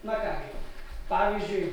na ką gi pavyzdžiui